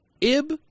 ib